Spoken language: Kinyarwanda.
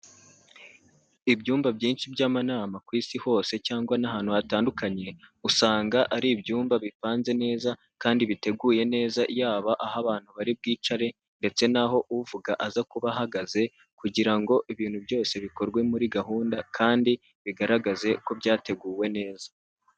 Ibyumba byinshi by'amanama ku isi hose cyangwa n'ahantu hatandukanye usanga ari ibyumba bipanze neza kandi biteguye neza yaba aho abantu bari bwicare ndetse naho uvuga aza kuba ahagaze kugira ngo ibintu byose bikorwe muri gahunda kandi bigaragaze ko byateguwe neza.